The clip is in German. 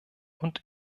und